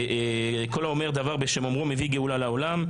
כל האומר דבר בשם אומרו מביא גאולה לעולם.